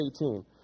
18